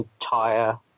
entire